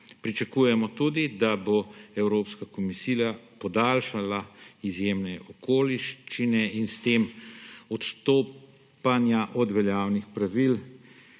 Pričakujemo, da bo Evropska komisija podaljšala izjemne okoliščine in s tem odstopanja od veljavnih pravil